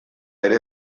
ere